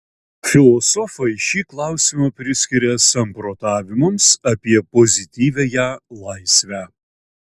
filosofai šį klausimą priskiria samprotavimams apie pozityviąją laisvę